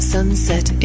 Sunset